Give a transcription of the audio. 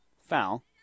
foul